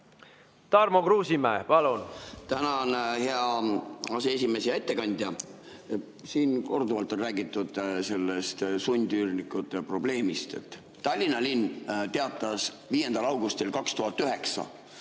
Tarmo Kruusimäe, palun! Tänan, hea aseesimees! Hea ettekandja! Siin on korduvalt on räägitud sellest sundüürnike probleemist. Tallinna linn teatas 5. augustil 2009,